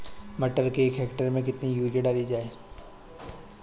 मटर के एक हेक्टेयर में कितनी यूरिया डाली जाए?